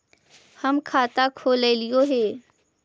हम खाता खोलैलिये हे?